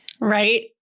right